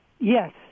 Yes